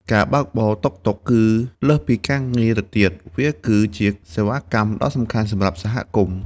ការបើកបរតុកតុកគឺលើសពីការងារទៅទៀត វាគឺជាសេវាកម្មដ៏សំខាន់សម្រាប់សហគមន៍។